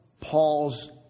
Paul's